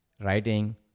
writing